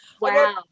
Wow